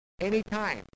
anytime